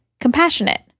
compassionate